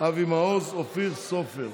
אבי מעוז ואופיר סופר.